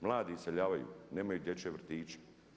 Mladi iseljavaju nemaju dječje vrtiće.